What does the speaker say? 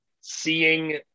seeing